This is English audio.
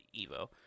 Evo